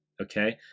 okay